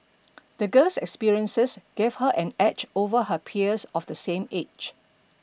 the girl's experiences gave her an edge over her peers of the same age